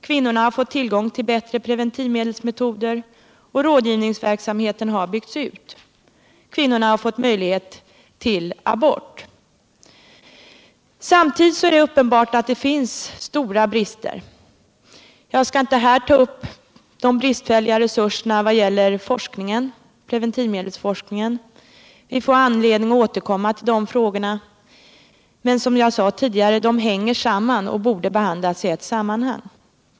Kvinnorna har fått tillgång till bättre preventivmedelsmetoder och rådgivningsverksamheten har byggts ut. Kvinnor har fått möjlighet till abort. Samtidigt är det uppenbart att det finns stora brister. Jag skall inte här ta upp de bristfälliga resurserna vad gäller preventivmedelsforskningen — vi får anledning att återkomma till de frågorna — men som jag sade tidigare: de hänger samman och borde behandlas i ett sammanhang.